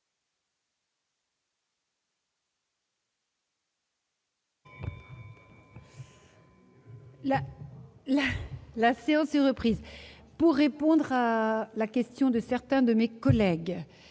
La séance est reprise pour répondre à la question de certains de mes collègues,